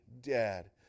dead